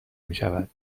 میشود